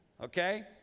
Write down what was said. Okay